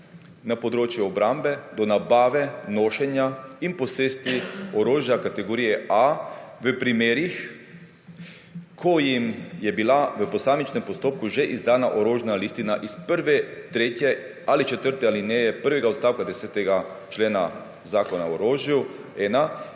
na področju obrambe, do nabave, nošenja in posesti orožja kategorije A v primerih, ko jim je bila v posamičnem postopku že izdaja orožna listina iz prve, tretje ali četrte alineje prvega odstavka 10. člena Zakona o orožju 1,